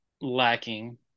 lacking